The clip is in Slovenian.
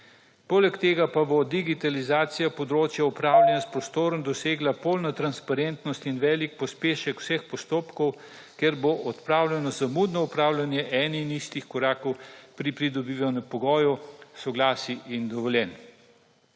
Poleg tega pa bo digitalizacija področje upravljanja s prostorom dosegla polno tansparentnost in velik pospešek vseh postopkov ker bo odpravljeno zamudno opravljanje enih in istih korakov pri pridobivanju pogojev, soglasij in dovoljenj.